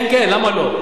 כן כן, למה לא?